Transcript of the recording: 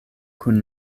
kun